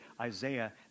Isaiah